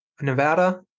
Nevada